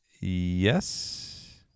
Yes